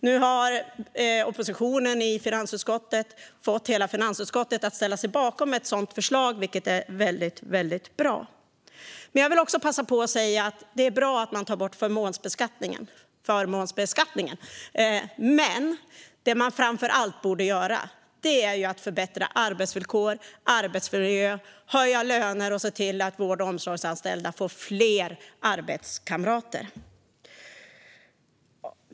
Nu har oppositionen i finansutskottet fått hela finansutskottet att ställa sig bakom ett sådant förslag, vilket är väldigt bra. Jag vill dock passa på att säga att det är bra att man tar bort förmånsbeskattningen men att det man framför allt borde göra är att förbättra arbetsvillkor och arbetsmiljö, höja löner och se till att vård och omsorgsanställda får fler arbetskamrater.